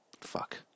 Fuck